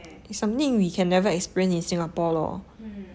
it's something we can never experience in Singapore lor